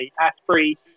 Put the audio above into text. Asprey